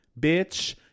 bitch